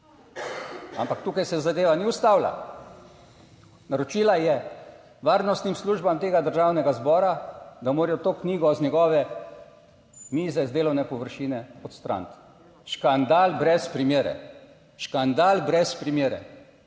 Ampak, tukaj se zadeva ni ustavila. Naročila je varnostnim službam tega Državnega zbora, da morajo to knjigo z njegove mize, z delovne površine odstraniti. Škandal brez primere. Škandal brez primere.